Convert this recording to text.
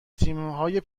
تیمهای